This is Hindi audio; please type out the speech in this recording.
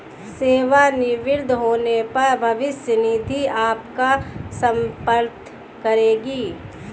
सेवानिवृत्त होने पर भविष्य निधि आपका समर्थन करेगी